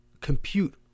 compute